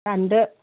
दानदो